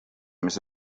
mis